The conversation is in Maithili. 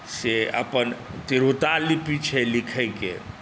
से अपन तिरहुता लिपि छै लिखयके